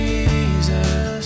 Jesus